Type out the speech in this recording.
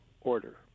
order